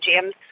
James